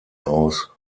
aus